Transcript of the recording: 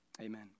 Amen